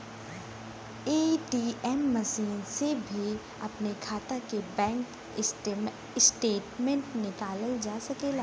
ATM machine से भी अपने खाता के बैंक स्टेटमेंट निकालल जा सकेला